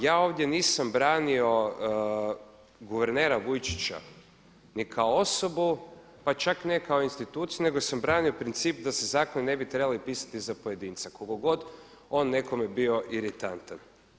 Ja ovdje nisam branio guvernera Vujčića ni kao osobu, pa čak ne kao instituciju, nego sam branio princip da se zakoni ne bi trebali pisati za pojedinca, koliko god on nekome bio iritantan.